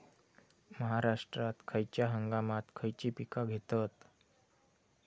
महाराष्ट्रात खयच्या हंगामांत खयची पीका घेतत?